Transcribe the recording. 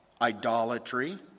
idolatry